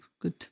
good